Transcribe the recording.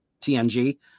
TNG